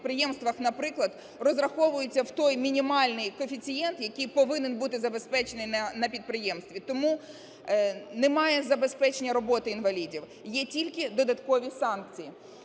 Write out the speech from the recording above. автопідприємствах, наприклад, розраховуються в той мінімальний коефіцієнт, який повинен бути забезпечений на підприємстві. Тому немає забезпечення роботою інвалідів, є тільки додаткові санкції.